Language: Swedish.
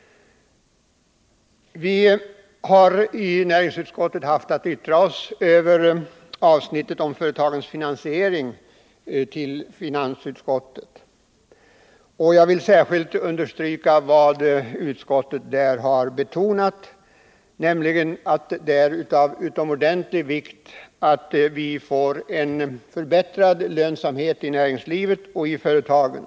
Näringsutskottet har haft att yttra sig till finansutskottet över avsnittet om företagens finansiering. Jag vill ytterligare understryka vad utskottet där har betonat, nämligen att det är av utomordentlig vikt att man kan uppnå en förbättrad lönsamhet i näringslivet och företagen.